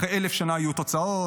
אחרי אלף שנה יהיו תוצאות,